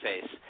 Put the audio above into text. Face